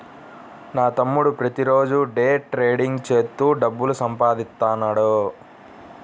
నా తమ్ముడు ప్రతిరోజూ డే ట్రేడింగ్ చేత్తూ డబ్బులు సంపాదిత్తన్నాడు